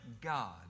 God